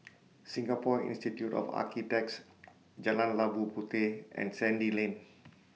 Singapore Institute of Architects Jalan Labu Puteh and Sandy Lane